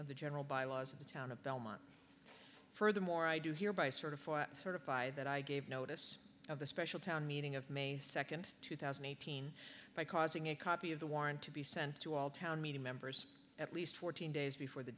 of the general by laws of the town of belmont furthermore i do hereby sort of sort of by that i gave notice of the special town meeting of may second two thousand and eighteen by causing a copy of the warrant to be sent to all town meeting members at least fourteen days before the